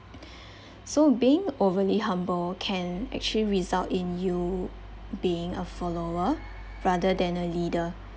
so being overly humble can actually result in you being a follower rather than a leader